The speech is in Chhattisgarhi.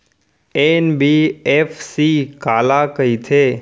एन.बी.एफ.सी काला कहिथे?